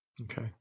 Okay